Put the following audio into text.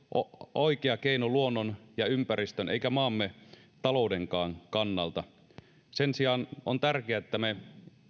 oikea keino luonnon ja ympäristön eikä maamme taloudenkaan kannalta sen sijaan on tärkeää että me